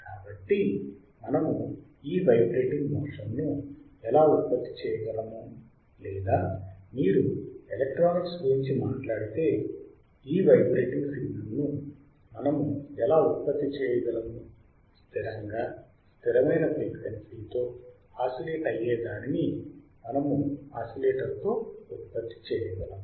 కాబట్టి మనము ఈ వైబ్రేటింగ్ మోషన్ను ఎలా ఉత్పత్తి చేయగలము లేదా మీరు ఎలక్ట్రానిక్స్ గురించి మాట్లాడితే ఈ వైబ్రేటింగ్ సిగ్నల్ను మనము ఎలా ఉత్పత్తి చేయగలము స్థిరంగా స్థిరమైన ఫ్రీక్వెన్సీ తో ఆసిలేట్ అయ్యే దానిని మనము ఆసిలేటర్ తో ఉత్పత్తి చేయగలం